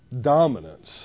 Dominance